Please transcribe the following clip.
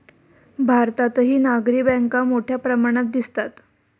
भारतातही नागरी बँका मोठ्या प्रमाणात दिसतात